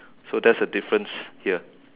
so that's the difference here